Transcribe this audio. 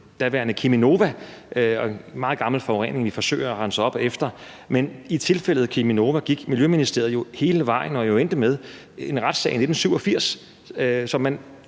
daværende Cheminova, og det er en meget gammel forurening, vi forsøger at rense op efter. I tilfældet med Cheminova gik Miljøministeriet hele vejen, og det endte jo med en retssag i 1987. Så man